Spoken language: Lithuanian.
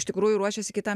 iš tikrųjų ruošiasi kitam